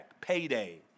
payday